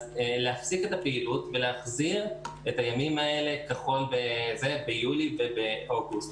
להפסיק את הפעילות ולהחזיר את הימים האלה ביולי ובאוגוסט.